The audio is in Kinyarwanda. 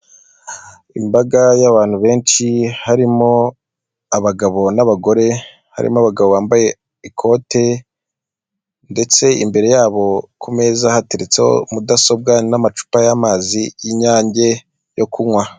Imbaga yabantu benshi harimo abagabo nabagore, harimo abagabo bambaye ikote ndetse imbere yabo kumeza hateretseho mudasobwa n'amacupa y'amazi y'inyange yo kunywa.